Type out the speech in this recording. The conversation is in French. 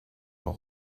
leur